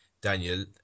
Daniel